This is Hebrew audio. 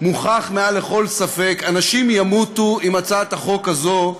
מוכח מעל לכל ספק, אנשים ימותו אם הצעת החוק הזו,